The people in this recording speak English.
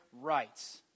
rights